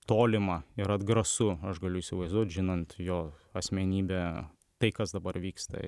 tolima ir atgrasu aš galiu įsivaizduot žinant jo asmenybę tai kas dabar vyksta